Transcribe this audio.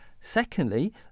Secondly